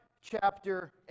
chapter